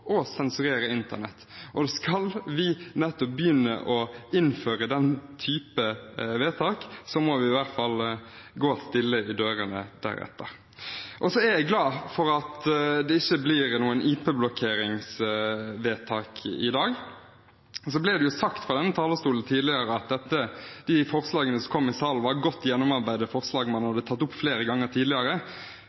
sensurere internett, og skal vi begynne å innføre nettopp den typen tiltak, må vi i hvert fall gå stille i dørene deretter. Så er jeg glad for at det ikke blir noe vedtak om IP-blokkering i dag. Det ble sagt fra denne talerstolen tidligere at forslagene i saken var godt gjennomarbeidede forslag man hadde tatt opp flere ganger tidligere.